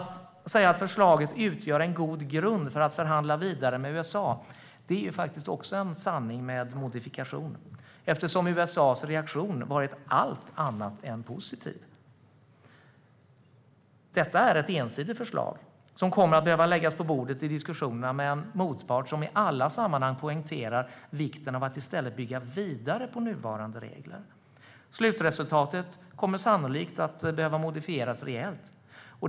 Att säga att förslaget utgör en god grund för att förhandla vidare med USA är en sanning med modifikation, eftersom USA:s reaktion har varit allt annat än positiv. Det är ett ensidigt förslag som kommer att behöva läggas på bordet i diskussionerna med en motpart som i alla sammanhang poängterar vikten av att i stället bygga vidare på nuvarande regler. Slutresultatet kommer sannolikt att behöva modifieras rejält.